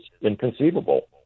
inconceivable